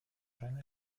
jeune